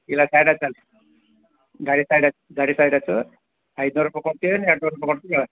ಇಲ್ಲ ಸೈಡ್ ಹಚ್ ಅಲ್ಲಿ ಗಾಡಿ ಸೈಡ್ ಹಚ್ ಗಾಡಿ ಸೈಡ್ ಹಚ್ಚು ಐದ್ನೂರ ರೂಪಾಯಿ ಕೊಡ್ತಿ ಏನು ಎರಡು ನೂರ ರೂಪಾಯಿ ಕೊಡ್ತಿ ಹೇಳ್